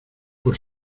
por